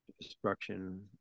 Destruction